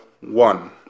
one